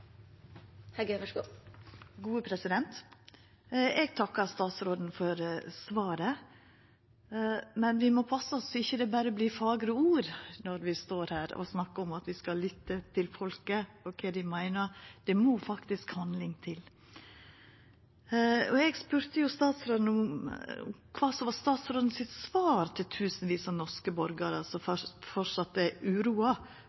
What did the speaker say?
Eg takkar statsråden for svaret, men vi må passa oss så det ikkje berre vert fagre ord når vi står her og snakkar om at vi skal lytta til folk og kva dei meiner. Det må faktisk handling til. Eg spurde statsråden om kva som var statsråden sitt svar til tusenvis av norske borgarar som enno er uroa